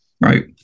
Right